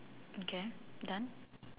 okay done